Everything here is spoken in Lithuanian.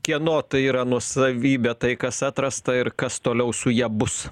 kieno tai yra nuosavybė tai kas atrasta ir kas toliau su ja bus